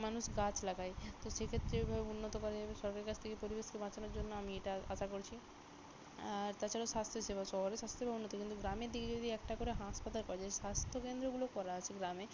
মানুষ গাছ লাগায় তো সেক্ষেত্রে এভাবে উন্নত করা যাবে সরকারের কাছ থেকে পরিবেশকে বাঁচানোর জন্য আমি এটা আশা করছি আর তাছাড়াও স্বাস্থ্যসেবা শহরের স্বাস্থ্যসেবা উন্নত কিন্তু গ্রামের দিকে যদি একটা করে হাসপাতাল করা যায় স্বাস্থ্যকেন্দ্রগুলো করা আছে গ্রামে